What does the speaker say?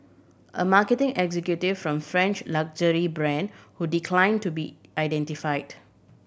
a marketing executive from a French luxury brand who decline to be identified